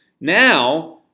Now